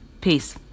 Peace